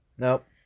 Nope